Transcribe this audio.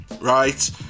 right